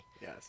Yes